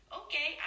okay